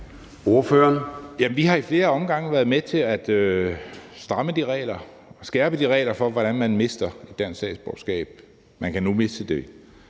Vi har i flere omgange været med til at skærpe reglerne for, hvordan man mister dansk statsborgerskab. Man kan nu miste det